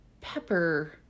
pepper